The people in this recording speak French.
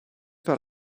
par